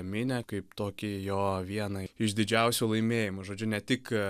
minią kaip tokį jo vieną iš didžiausių laimėjimų žodžiu ne tik